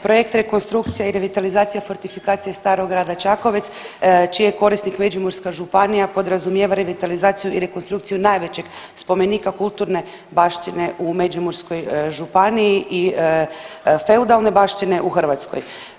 Projekt, rekonstrukcija i revitalizacija i fortifikacija Starog grada Čakovec čiji je korisnik Međimurska županija podrazumijeva revitalizaciju i rekonstrukciju najvećeg spomenika kulturne baštine u Međimurskoj županiji i feudalne baštine u Hrvatskoj.